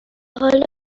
حالا